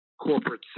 corporate